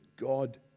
God